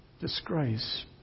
disgrace